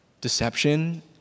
Deception